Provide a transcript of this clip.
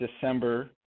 December